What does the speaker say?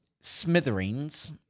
Smithereens